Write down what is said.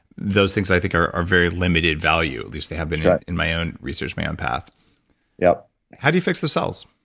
those things, i think, are are very limited value, at least they have been in my own research, my own path yep how do you fix the cells?